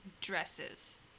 dresses